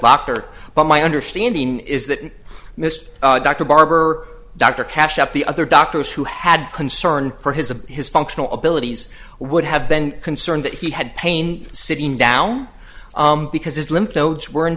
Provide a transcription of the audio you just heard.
doctor but my understanding is that mr dr barber dr cashed up the other doctors who had concern for his of his functional abilities would have been concerned that he had pain sitting down because his lymph nodes were in